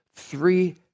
three